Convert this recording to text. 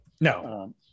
No